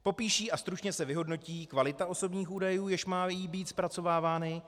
Popíše a stručně se vyhodnotí kvalita osobních údajů, jež mají být zpracovávány.